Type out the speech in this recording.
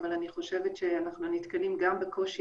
אבל אני חושבת שאנחנו נתקלים גם בקושי